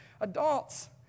adults